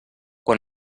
quan